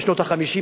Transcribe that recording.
בשנות ה-50,